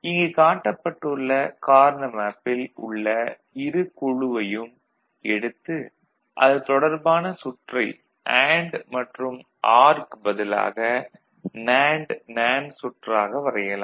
இங்கு காட்ப்பட்டுள்ள கார்னா மேப்பில் உள்ள இரு குழுவையும் எடுத்து அது தொடர்பான சுற்றை அண்டு மற்றும் ஆர் க்குப் பதிலாக நேண்டு நேண்டு சுற்றாக வரையலாம்